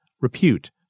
repute